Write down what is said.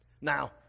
Now